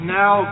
now